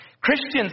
Christians